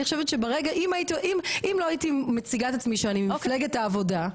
אני חושבת שאם לא הייתי מציגה את עצמי שאני ממפלגת העבודה,